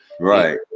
Right